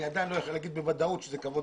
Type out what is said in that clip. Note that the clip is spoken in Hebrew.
אני עדיין לא יכול לומר בוודאות שזה כבוד